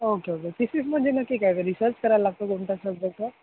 okay okay फिसीसमध्ये नेमकी आहे का रिसर्च करायला लागतो कोणता सब्जेक्टला